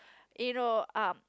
you know um